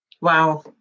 Wow